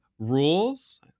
rules